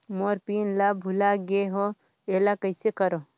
मोर PIN ला भुला गे हो एला कइसे करो?